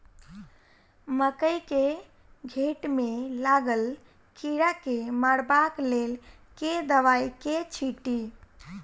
मकई केँ घेँट मे लागल कीड़ा केँ मारबाक लेल केँ दवाई केँ छीटि?